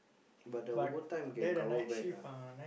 but the overtime can cover back ah